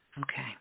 Okay